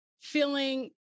feeling